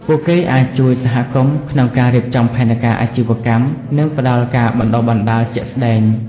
ពួកគេអាចជួយសហគមន៍ក្នុងការរៀបចំផែនការអាជីវកម្មនិងផ្តល់ការបណ្តុះបណ្តាលជាក់ស្តែង។